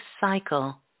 cycle